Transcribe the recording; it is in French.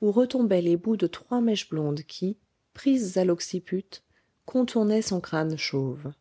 où retombaient les bouts de trois mèches blondes qui prises à l'occiput contournaient son crâne chauve